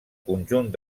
conjunt